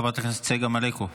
חברת הכנסת צגה מלקו.